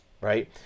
right